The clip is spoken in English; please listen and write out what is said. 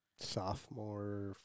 sophomore